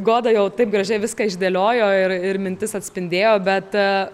goda jau taip gražiai viską išdėliojo ir ir mintis atspindėjo bet a